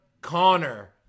Connor